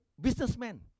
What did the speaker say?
businessman